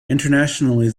internationally